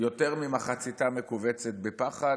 יותר ממחציתה מכווצת מפחד.